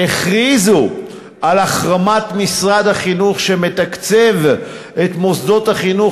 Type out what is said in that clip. שהכריזו על החרמת משרד החינוך שמתקצב את מוסדות החינוך